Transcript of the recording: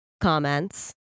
comments